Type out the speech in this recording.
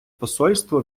посольство